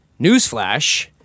newsflash